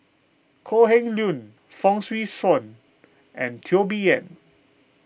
Kok Heng Leun Fong Swee Suan and Teo Bee Yen